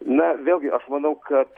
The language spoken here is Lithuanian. na vėlgi aš manau kad